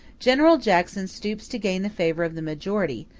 general jackson stoops to gain the favor of the majority,